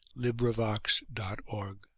LibriVox.org